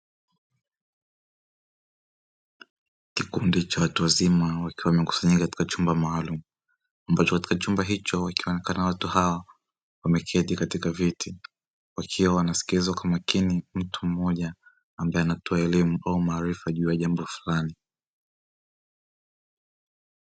Kikundi cha watu wazima wakiwa wamekusanyika katika chumba maalumu, ambacho katika chumba hicho wakiwa wanakalia watu hao wameketi katika viti wakiwa wanasikiliza kwa makini mtu mmoja ambaye anatoa elimu au maarifa juu ya jambo fulani.